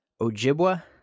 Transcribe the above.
Ojibwa